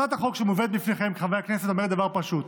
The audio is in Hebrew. הצעת החוק שלפניכם, חברי הכנסת, אומרת דבר פשוט: